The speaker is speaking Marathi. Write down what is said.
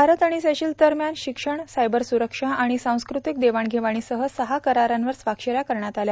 भारत आणि सेशल्स दरम्यान शिक्षण सायबर सुरक्षा आणि सांस्कृतिक देवाणघेवाणीसह सहा करारांवर स्वाक्षऱ्या करण्यात आल्या